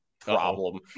problem